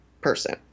person